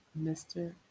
Mr